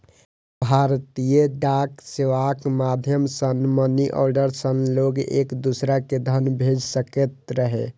भारतीय डाक सेवाक माध्यम सं मनीऑर्डर सं लोग एक दोसरा कें धन भेज सकैत रहै